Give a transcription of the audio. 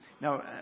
Now